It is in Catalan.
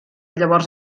llavors